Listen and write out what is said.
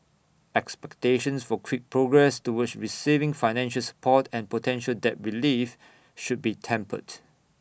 expectations for quick progress toward receiving financial support and potential debt relief should be tempered